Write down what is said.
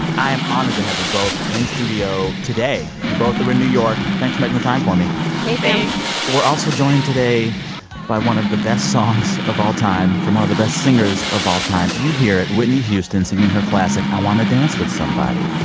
i am honored to have you both in studio today. you both are in new york. thanks for making the time for me hey, sam thanks we're also joined today by one of the best songs of all time from one of the best singers of all time. you hear it whitney houston singing her classic i wanna dance with somebody.